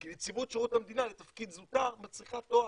כי נציבות שירות המדינה לתפקיד זוטר מצריכה תואר,